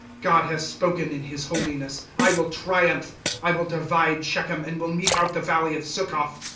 god has spoken in his holiness. i will triumph i will divide shechem, and will mete out the valley of succoth.